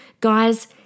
Guys